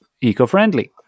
eco-friendly